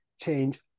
change